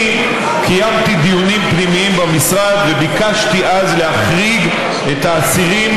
אני קיימתי דיונים פנימיים במשרד וביקשתי אז להחריג את האסירים,